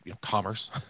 commerce